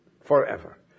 Forever